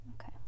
Okay